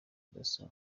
dasso